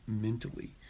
mentally